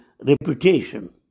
reputation